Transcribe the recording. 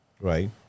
Right